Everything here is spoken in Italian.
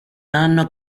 hanno